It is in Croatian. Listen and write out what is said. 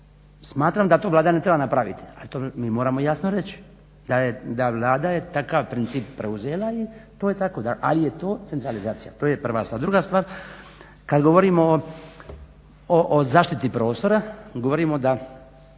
smatram da to Vlada ne treba napraviti. Ali to mi moramo jasno reći, da Vlada je takav princip preuzela i to je tako, ali je to centralizacija. To je prva stvar. Druga stvar, kad govorimo o zaštiti prostora govorimo da